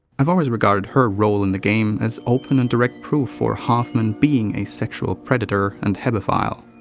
i've always regarded her role in the game as open and direct proof for hoffman being a sexual predator and hebephile.